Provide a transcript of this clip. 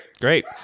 Great